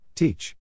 Teach